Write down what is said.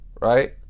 Right